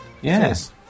Yes